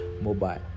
Mobile